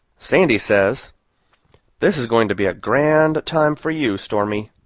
sandy says this is going to be a grand time for you, stormy.